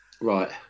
right